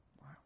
Wow